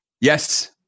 Yes